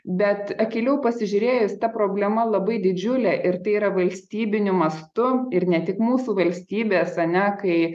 bet akyliau pasižiūrėjus ta problema labai didžiulė ir tai yra valstybiniu mastu ir ne tik mūsų valstybės ar ne kai